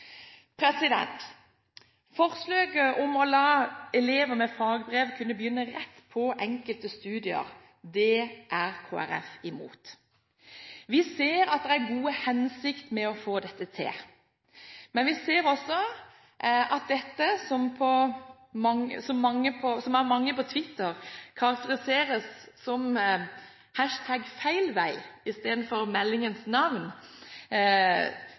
Forslaget om å la elever med fagbrev kunne begynne rett på enkelte studier, er Kristelig Folkeparti imot. Vi ser at det er gode hensikter med å få dette til, men vi ser også at dette, som av mange på Twitter karakteriseres som #feilvei istedenfor meldingens navn, kan være med på